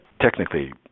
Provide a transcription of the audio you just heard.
technically